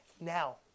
now